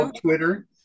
twitter